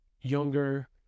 younger